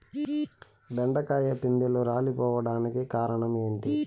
బెండకాయ పిందెలు రాలిపోవడానికి కారణం ఏంటి?